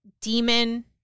demon